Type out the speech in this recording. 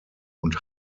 und